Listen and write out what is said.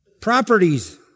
properties